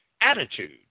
attitude